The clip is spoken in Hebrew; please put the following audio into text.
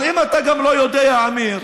אבל אם אתה לא יודע, אמיר,